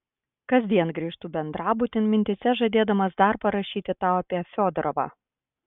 kasdien grįžtu bendrabutin mintyse žadėdamas dar parašyti tau apie fiodorovą